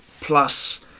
plus